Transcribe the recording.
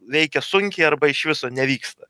veikia sunkiai arba iš viso nevyksta